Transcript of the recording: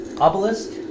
obelisk